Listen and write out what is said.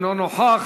אינו נוכח.